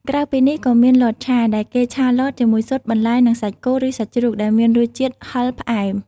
ក្រៅពីនេះ ក៏មាន លតឆា ដែលគេឆាលតជាមួយស៊ុត បន្លែ និងសាច់គោ ឬសាច់ជ្រូក ដែលមានរសជាតិហឹរផ្អែម។